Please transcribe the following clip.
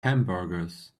hamburgers